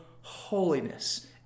holiness